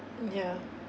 yeah